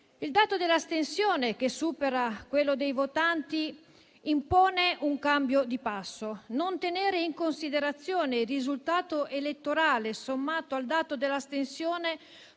Il dato dell'astensione, che supera quello dei votanti, impone un cambio di passo; non tenere in considerazione il risultato elettorale sommato al dato dell'astensione,